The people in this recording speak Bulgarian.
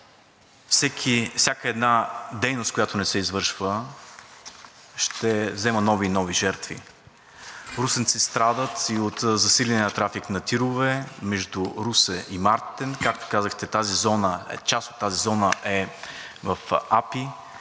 всяка една дейност, която не се извършва, ще взема нови и нови жертви. Русенци страдат и от засиления трафик на тирове между Русе и Мартен, както казахте, част от тази зона е в